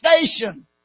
station